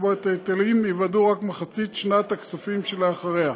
לקבוע את ההיטלים ייוודעו רק במחצית שנת הכספים שלאחריה.